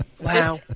Wow